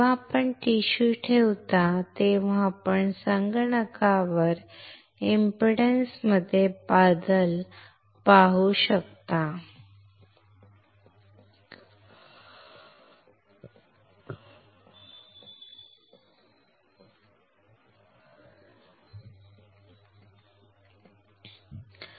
जेव्हा आपण टिश्यू ठेवता तेव्हा आपण संगणकावर इंपीडन्स मध्ये बदल पाहू शकतो